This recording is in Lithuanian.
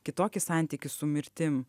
kitokį santykį su mirtim